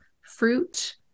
fruit